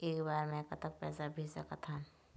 एक बार मे कतक पैसा भेज सकत हन?